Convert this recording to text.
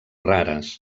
rares